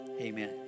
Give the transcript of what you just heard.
Amen